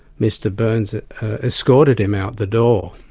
mr byrnes escorted him out the door.